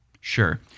Sure